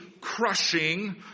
crushing